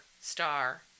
Star